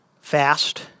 Fast